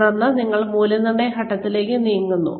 തുടർന്ന് ഞങ്ങൾ മൂല്യനിർണ്ണയ ഘട്ടത്തിലേക്ക് നീങ്ങുന്നു